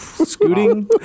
Scooting